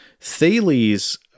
Thales